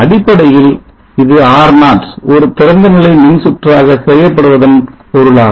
அடிப்படையில் இது R0 ஒரு திறந்தநிலை மின்சுற்றாக செய்யப்படுவதன் பொருளாகும்